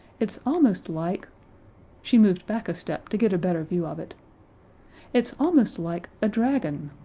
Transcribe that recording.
it's almost like she moved back a step to get a better view of it it's almost like a dragon.